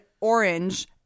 orange